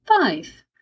five